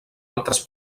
altres